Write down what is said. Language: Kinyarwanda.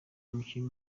umukinnyi